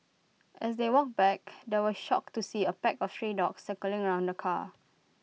as they walked back they were shocked to see A pack of stray dogs circling around the car